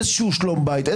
איזה שלום בית,